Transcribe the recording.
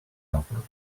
helper